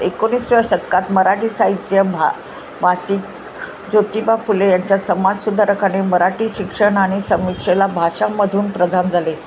एकोणीसाव्या शतकात मराठी साहित्य भा मासिक ज्योतिबा फुले यांच्या समाज सुधारकाने मराठी शिक्षण आणि समीक्षेला भाषांमधून प्रधान झाले